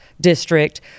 district